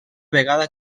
vegada